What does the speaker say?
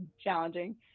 challenging